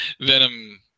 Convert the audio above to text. Venom